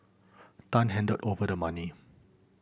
Tan handed over the money